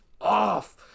off